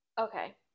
Okay